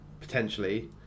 potentially